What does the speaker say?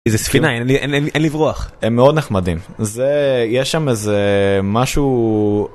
איזה ספינה אין ל אין ל אין לברוח הם מאוד נחמדים זה יש שם איזה משהו.